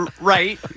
right